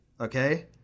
Okay